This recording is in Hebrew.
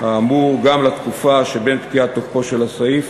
האמור גם לתקופה שמפקיעת תוקפו של הסעיף